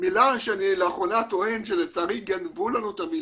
מילה שאני לאחרונה טוען שלצערי גנבו לנו אותה,